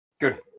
Good